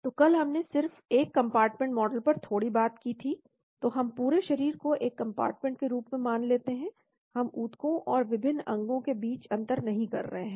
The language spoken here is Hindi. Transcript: तो कल हमने सिर्फ एक कम्पार्टमेंट मॉडल पर थोड़ी बात की थी तो हम पूरे शरीर को एक कम्पार्टमेंट के रूप में मान लेते हैं हम ऊतकों और विभिन्न अंगों के बीच अंतर नहीं कर रहे हैं